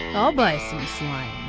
i'll buy some slime,